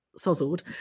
sozzled